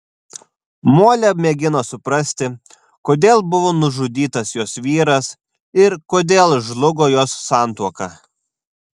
molė mėgino suprasti kodėl buvo nužudytas jos vyras ir kodėl žlugo jos santuoka